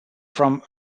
from